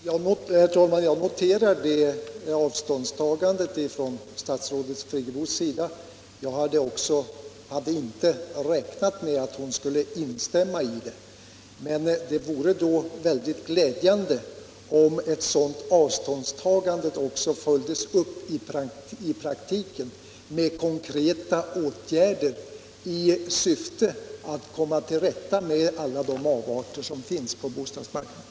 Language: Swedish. Herr talman! Jag noterar det avståndstagandet från statsrådet Friggebos sida. Jag hade inte räknat med att hon skulle instämma i uttalandet. Men det vore väldigt glädjande om ett sådant avståndstagande också följdes upp i praktiken med konkreta åtgärder i syfte att komma till rätta med alla de avarter som finns på bostadsmarknaden.